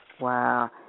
Wow